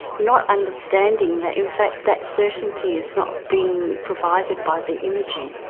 not understanding that in fact that certainty is not being provided by the imaging.